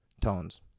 tones